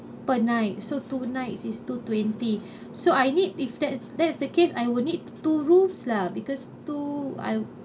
per night so two nights is two twenty so I need if that's that is the case I would need two rooms lah because two I